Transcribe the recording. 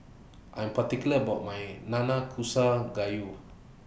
I'm particular about My Nanakusa Gayu